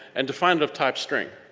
and define the type string.